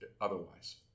otherwise